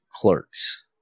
Clerks